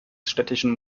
städtischen